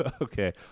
Okay